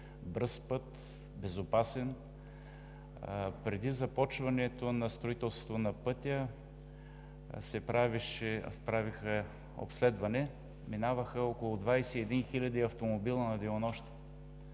бърз и безопасен път. Преди започването на строителството на пътя се прави обследване. Минаваха около 21 хил. автомобила на денонощие.